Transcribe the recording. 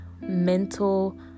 mental